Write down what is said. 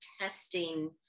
testing